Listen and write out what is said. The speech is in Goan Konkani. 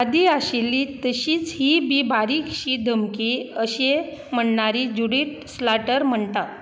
आदीं आशिल्ली तशीच हीय बी बारीकशी धमकी अशें म्हणयारी जुडिथ स्लाटर म्हणटा